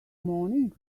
morning